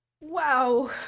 Wow